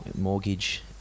mortgage